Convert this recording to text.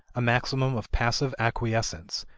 a maximum of passive acquiescence,